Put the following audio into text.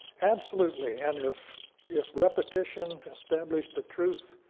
absolutely, and if if repetition established the truth,